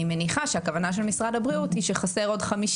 אני מניחה שהכוונה של משרד הבריאות היא שחסרים עוד 50